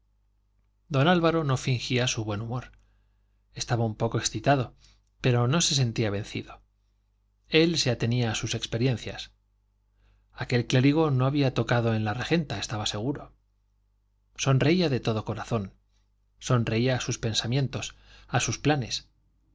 don álvaro no fingía su buen humor estaba un poco excitado pero no se sentía vencido él se atenía a sus experiencias aquel clérigo no había tocado en la regenta estaba seguro sonreía de todo corazón sonreía a sus pensamientos a sus planes